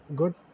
good